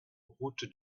route